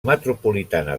metropolitana